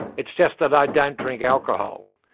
it's just that i don't drink alcohol.